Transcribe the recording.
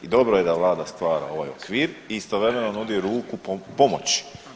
I dobro je da vlada stvara ovaj okvir i istovremeno nudi ruku pomoći.